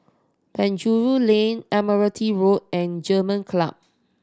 Penjuru Lane Admiralty Road and German Club